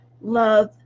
love